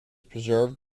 preserved